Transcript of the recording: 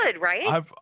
right